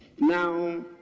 Now